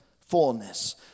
fullness